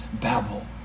Babel